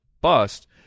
bust